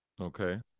Okay